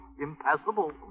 Impassable